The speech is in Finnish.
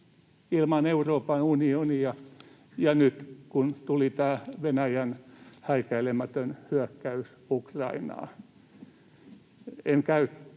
ilman Euroopan unionia, ja nyt, kun tuli tämä Venäjän häikäilemätön hyökkäys Ukrainaan.